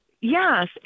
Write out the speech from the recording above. Yes